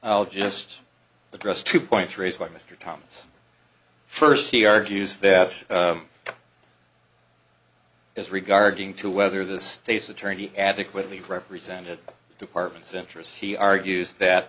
i'll just address two points raised by mr thomas first he argues that is regarding to whether the state's attorney adequately represented departments interests he argues that